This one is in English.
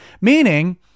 Meaning